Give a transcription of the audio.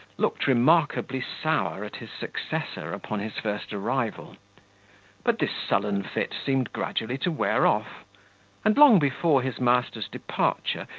looked remarkably sour at his successor upon his first arrival but this sullen fit seemed gradually to wear off and long before his master's departure,